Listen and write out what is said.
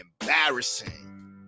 embarrassing